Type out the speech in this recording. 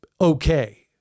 okay